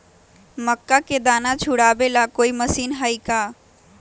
मक्का के दाना छुराबे ला कोई मशीन हई का?